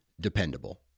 dependable